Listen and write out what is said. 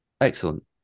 Excellent